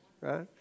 right